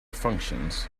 functions